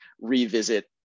revisit